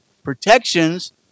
protections